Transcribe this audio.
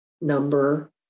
number